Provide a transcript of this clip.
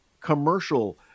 commercial